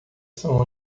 são